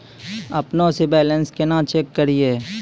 अपनों से बैलेंस केना चेक करियै?